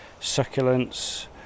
succulents